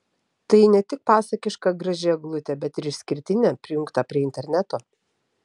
tai net tik pasakiška graži eglutė bet ir išskirtinė prijungta prie interneto